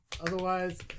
Otherwise